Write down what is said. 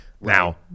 Now